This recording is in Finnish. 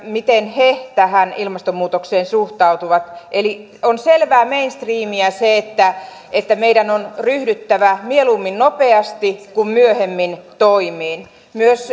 miten he tähän ilmastonmuutokseen suhtautuvat eli on selvää mainstreamiä se että että meidän on ryhdyttävä mieluummin nopeasti kuin myöhemmin toimiin myös